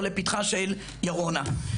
או לפתחה של ירונה.